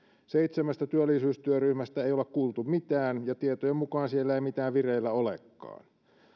seitsemästä työllisyystyöryhmästä ei olla kuultu mitään ja tietojen mukaan siellä ei mitään vireillä olekaan